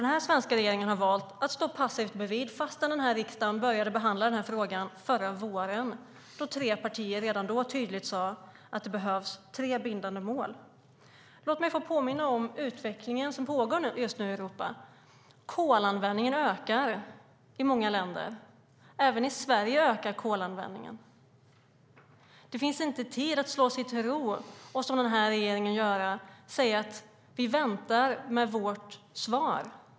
Den nuvarande svenska regeringen har valt att stå passiv bredvid trots att riksdagen började behandla frågan förra våren. Redan då sade tre partier tydligt att det behövs tre bindande mål. Låt mig få påminna om den utveckling som just nu pågår i Europa. Kolanvändningen ökar i många länder. Även i Sverige ökar kolanvändningen. Det finns inte tid att slå sig till ro och göra som regeringen, säga att vi väntar med vårt svar.